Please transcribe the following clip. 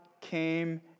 came